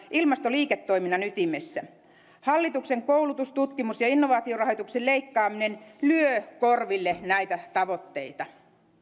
ilmastoliiketoiminnan ytimessä hallituksen koulutus tutkimus ja innovaatiorahoituksen leikkaaminen lyö korville näitä tavoitteita